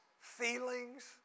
feelings